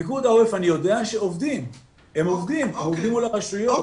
פיקוד העורף אני יודע שעובדים מול הרשויות,